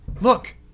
look